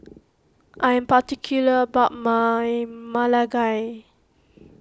I am particular about my Ma Lai Gao